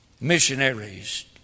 missionaries